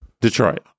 Detroit